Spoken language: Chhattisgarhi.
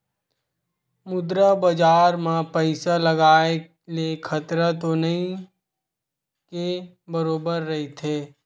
मुद्रा बजार म पइसा लगाय ले खतरा तो नइ के बरोबर रहिथे